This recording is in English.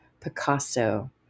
Picasso